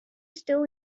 still